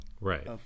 Right